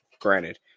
Granted